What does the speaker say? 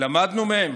למדנו מהם?